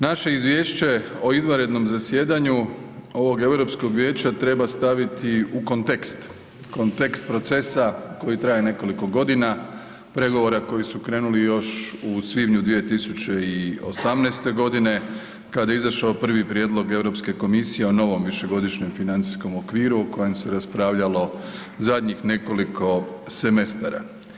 Naše izvješće o izvanrednog zasjedanju ovog Europskog vijeća treba staviti u kontekst, kontekst procesa koji traje nekoliko godina, pregovora koji su krenuli još u svibnju 2018. godine kada je izašao prvi prijedlog Europske komisije o novom višegodišnjem financijskom okviru o kojem se raspravljalo zadnjih nekoliko semestara.